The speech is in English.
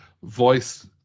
voice